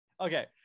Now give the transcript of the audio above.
Okay